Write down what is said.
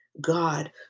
God